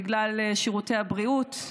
בגלל שירותי הבריאות.